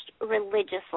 religiously